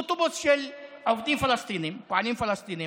אוטובוס של עובדים פלסטינים, פועלים פלסטינים,